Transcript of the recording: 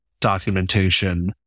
documentation